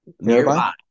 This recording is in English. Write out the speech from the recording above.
Nearby